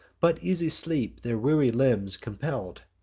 but easy sleep their weary limbs compell'd.